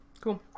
Cool